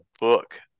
book